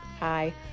Hi